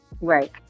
right